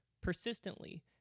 persistently